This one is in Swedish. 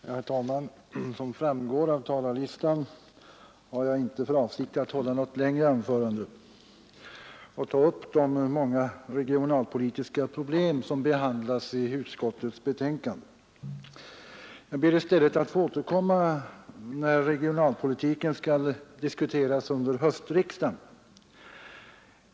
Herr talman! Som framgår av talarlistan har jag inte för avsikt att hålla något längre anförande och ta upp de många regionalpolitiska problem som behandlas i utskottets betänkande. Men jag ber i stället att få återkomma när regionalpolitiken skall diskuteras under höstriksdagen.